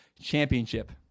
championship